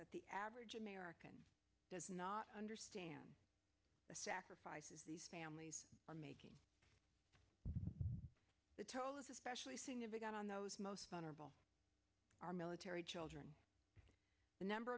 that the average american does not understand the sacrifices these families are making they told us especially seeing a big on those most vulnerable our military children the number